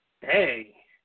hey